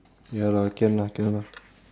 ya lah can lah can lah